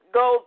go